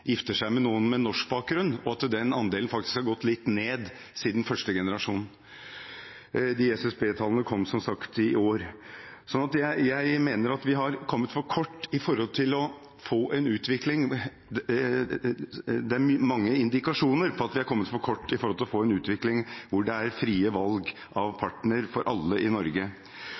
gifter seg med noen med norsk bakgrunn, og den andelen har faktisk gått litt ned siden første generasjon. De SSB-tallene kom som sagt i år. Jeg mener at det er mange indikasjoner på at vi har kommet for kort med hensyn til å få en utvikling hvor det er fritt valg av partner for alle i Norge.